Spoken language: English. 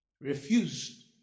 refused